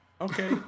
okay